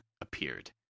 appeared